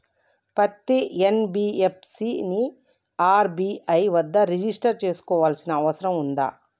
పత్తి ఎన్.బి.ఎఫ్.సి ని ఆర్.బి.ఐ వద్ద రిజిష్టర్ చేసుకోవాల్సిన అవసరం ఉందా?